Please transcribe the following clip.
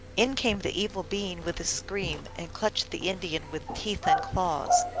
in came the evil being with a scream, and clutched the indian with teeth and claws.